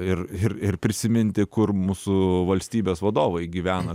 ir ir ir prisiminti kur mūsų valstybės vadovai gyvena